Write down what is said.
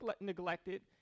neglected